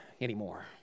anymore